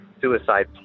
suicide